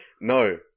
no